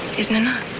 isn't enough.